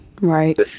right